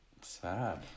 sad